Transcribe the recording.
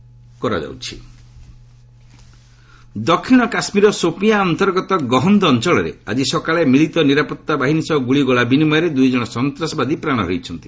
JK killed ଦକ୍ଷିଣ କାଶ୍ମୀରର ସୋପିୟାଁ ଅନ୍ତର୍ଗତ ଗହନ୍ଦ ଅଞ୍ଚଳରେ ଆଜି ସକାଳେ ମିଳିତ ନିରାପତ୍ତା ବାହିନୀ ସହ ଗୁଳିଗୋଳା ବିନିମୟରେ ଦୁଇ ଜଣ ସନ୍ତାସବାଦୀ ପ୍ରାଣ ହରାଇଛନ୍ତି